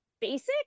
basic